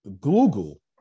Google